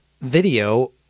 video